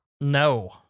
No